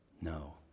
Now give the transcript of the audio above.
No